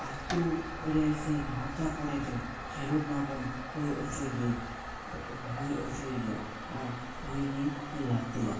ᱟᱛᱳ ᱨᱮᱥᱮ ᱜᱟᱶᱛᱟ ᱠᱚᱨᱮ ᱫᱚ ᱠᱷᱮᱞᱳᱰ ᱢᱟᱵᱚᱱ ᱦᱳᱭ ᱚᱪᱚᱭ ᱜᱮ ᱦᱳᱭᱚᱪᱚᱭ ᱜᱮᱭᱟ ᱟᱨ ᱦᱩᱭ ᱜᱮ ᱞᱟᱹᱠᱛᱤᱭᱟ